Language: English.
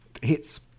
Hits